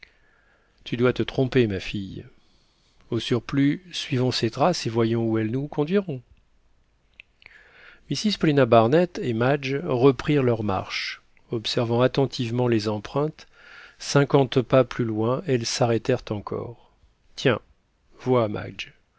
tu dois te tromper ma fille au surplus suivons ces traces et voyons où elles nous conduiront mrs paulina barnett et madge reprirent leur marche observant attentivement les empreintes cinquante pas plus loin elles s'arrêtèrent encore tiens vois